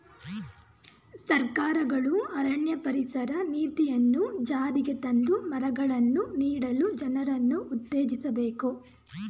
ಸರ್ಕಾರಗಳು ಅರಣ್ಯ ಪರಿಸರ ನೀತಿಯನ್ನು ಜಾರಿಗೆ ತಂದು ಮರಗಳನ್ನು ನೀಡಲು ಜನರನ್ನು ಉತ್ತೇಜಿಸಬೇಕು